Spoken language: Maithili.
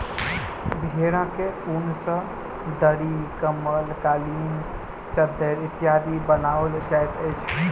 भेंड़क ऊन सॅ दरी, कम्बल, कालीन, चद्दैर इत्यादि बनाओल जाइत अछि